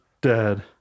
dead